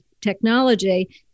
technology